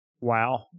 Wow